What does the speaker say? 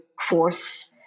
force